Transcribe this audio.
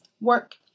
Work